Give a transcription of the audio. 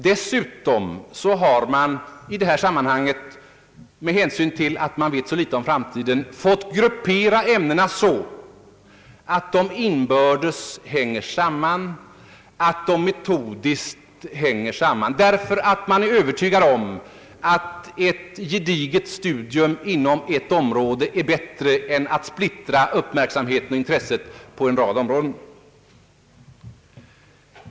Dessutom har man i detta sammanhang — med hänsyn till att man vet så litet om framtiden — fått gruppera ämnena så att de inbördes hänger samman, att de hänger ihop metodiskt, då man är övertygad om att ett gediget studium inom ett område är bättre än att splittra uppmärksamheten och intresset på en rad områden.